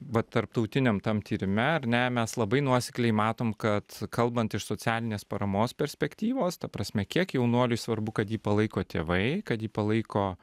vat tarptautiniam tam tyrime ar ne mes labai nuosekliai matom kad kalbant iš socialinės paramos perspektyvos ta prasme kiek jaunuoliui svarbu kad jį palaiko tėvai kad jį palaiko